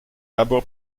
labour